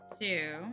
Two